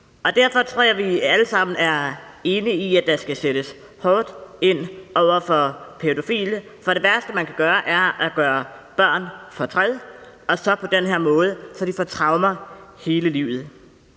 Og derfor tror jeg, at vi alle sammen er enige i, at der skal sættes hårdt ind over for pædofile, for det værste, man kan gøre, er at gøre børn fortræd – og så på den her måde, hvor de får traumer for livet.